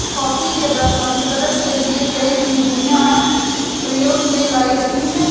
coffee के प्रसंस्करण के लिए कई विधियां प्रयोग में लाई जाती हैं